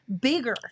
bigger